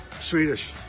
Swedish